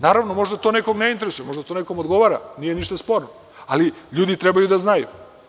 Naravno, možda to nekoga ne interesuje, možda nekome to odgovara, nije ništa sporno, ali ljudi treba da znaju.